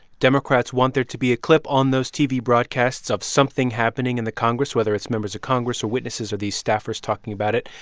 democrats want there to be a clip on those tv broadcasts of something happening in the congress, whether it's members of congress or witnesses or these staffers talking about it,